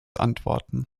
antworten